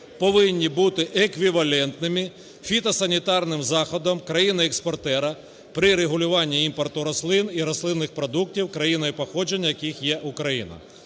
повинні бути еквівалентними фітосанітарним заходам країни-експортера при регулюванні імпорту рослин і рослинних продуктів, країною походження яких є Україна."